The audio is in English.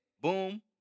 boom